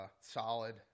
solid